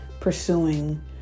pursuing